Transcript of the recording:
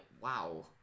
wow